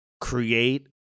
create